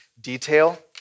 detail